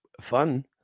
fun